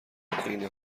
عین